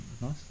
nice